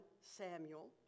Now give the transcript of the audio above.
Samuel